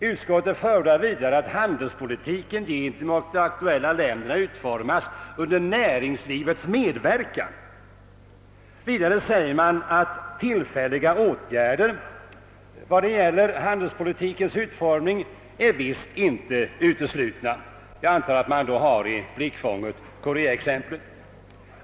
Utskottet framhåller vidare att handelspolitiken gentemot de aktuella länderna utformas under näringslivets medverkan och att tillfälliga åtgärder vad gäller handelspolitikens utformning visst inte är uteslutna. Jag antar att man då har Koreaexemplet i blickfånget.